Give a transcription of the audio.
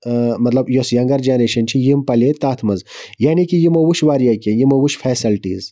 مَطلَب یۄس younger generation چھِ یِم پَلے تتھ مَنٛز یعنے کہِ یِمو وٕچھ واریاہ کینٛہہ یِمو وٕچھ فیسَلٹیٖز